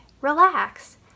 Relax